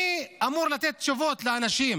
מי אמור לתת תשובות לאנשים?